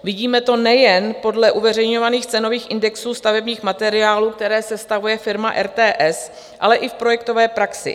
Vidíme to nejen podle uveřejňovaných cenových indexů stavebních materiálů, které sestavuje firma RTS, ale i v projektové praxi.